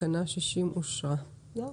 תקנה 60 אושרה פה-אחד.